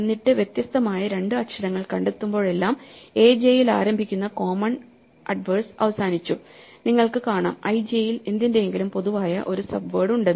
എന്നിട്ട് വ്യത്യസ്തമായ രണ്ട് അക്ഷരങ്ങൾ കണ്ടെത്തുമ്പോഴെല്ലാം aj ൽ ആരംഭിക്കുന്ന കോമൺ അഡ്വേഴ്സ് അവസാനിച്ചു നിങ്ങൾക്ക് കാണാം ij ൽ എന്തിന്റെയെങ്കിലും പൊതുവായ ഒരു സബ്വേഡ് ഉണ്ടെന്ന്